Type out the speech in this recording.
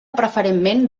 preferentment